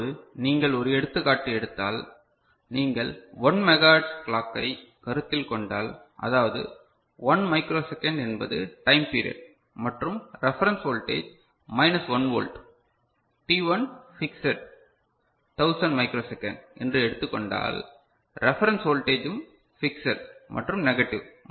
இப்போது நீங்கள் ஒரு எடுத்துக்காட்டு எடுத்தால் நீங்கள் 1 மெகாஹெர்ட்ஸ் கிளாக்கை கருத்தில் கொண்டால் அதாவது 1 மைக்ரோ செகண்ட் என்பது டைம் பீரியட் மற்றும் reference voltage minus 1 volt t1 fixed 1000 microsecond என்று எடுத்துக் கொண்டால் ரெபரன்ஸ் வோல்டேஜ் உம் பிக்ஸ்ஸட் மற்றும் நெகடிவ்